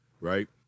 right